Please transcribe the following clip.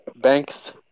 Banks